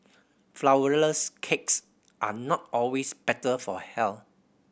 flourless cakes are not always better for health